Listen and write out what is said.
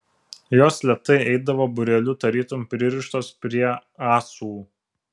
jos lėtai eidavo būreliu tarytum pririštos prie ąsų